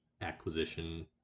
acquisition